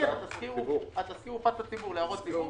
התזכיר הופץ להערות ציבור.